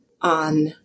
On